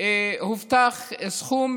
הובטח סכום